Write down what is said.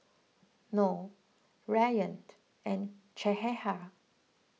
Noh Rayyaned and Cahaya